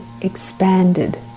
expanded